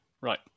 Right